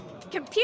computer